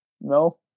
no